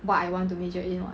what I want to major in [what]